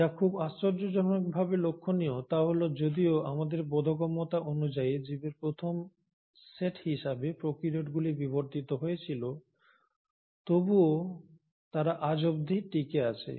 যা খুব আশ্চর্যজনকভাবে লক্ষণীয় তা হল যদিও আমাদের বোধগম্যতা অনুযায়ী জীবের প্রথম সেট হিসাবে প্রোক্যারিওটগুলি বিবর্তিত হয়েছিল তবুও তারা আজ অবধি টিকে আছে